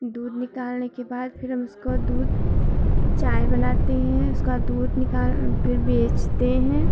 दूध निकालने के बाद फिर हम उसका दूध चाय बनाते हैं उसका दूध निकाल फिर बेचते हैं